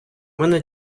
мене